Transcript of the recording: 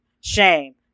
shame